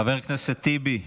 חבר הכנסת טיבי,